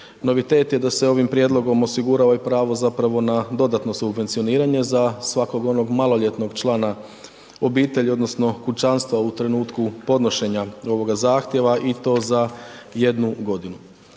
Novitet je da se ovim prijedlogom osigurava i pravo zapravo na dodatno subvencioniranje za svakog onog maloljetnog člana obitelji odnosno kućanstva u trenutku podnošenja ovoga zahtjeva i to za jednu godinu.